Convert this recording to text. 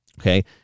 okay